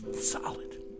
Solid